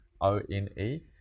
O-N-E